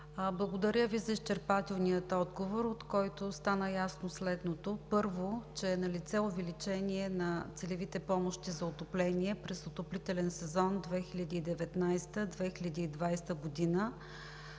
благодаря Ви за изчерпателния отговор, от който стана ясно следното: първо, че е налице увеличение на целевите помощи за отопление през отоплителен сезон 2019 – 2020 г.